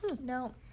No